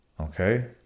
Okay